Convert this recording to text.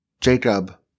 Jacob